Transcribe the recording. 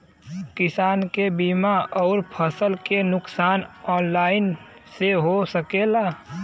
किसान के बीमा अउर फसल के नुकसान ऑनलाइन से हो सकेला?